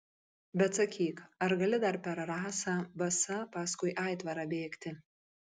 bet sakyk ar gali dar per rasą basa paskui aitvarą bėgti